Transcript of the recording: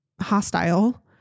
hostile